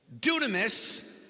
Dunamis